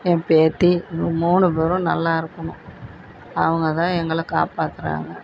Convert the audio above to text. என் பேத்தி இவங்க மூணு பேரும் நல்லா இருக்கணும் அவங்கதான் எங்களை காப்பாற்றுறாங்க